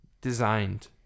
designed